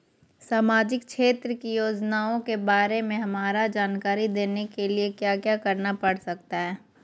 सामाजिक क्षेत्र की योजनाओं के बारे में हमरा जानकारी देने के लिए क्या क्या करना पड़ सकता है?